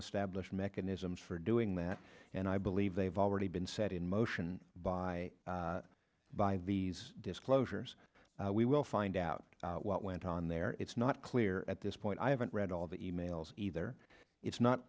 mechanisms for doing that and i believe they've already been set in motion by by these disclosures we will find out what went on there it's not clear at this point i haven't read all of the e mails either it's not